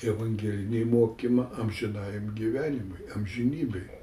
evangelinį mokymą amžinajam gyvenimui amžinybei